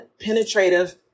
penetrative